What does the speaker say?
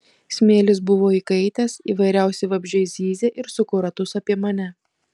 smėlis buvo įkaitęs įvairiausi vabzdžiai zyzė ir suko ratus apie mane